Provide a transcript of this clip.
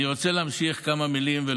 אני רוצה להמשיך ולומר כמה מילים.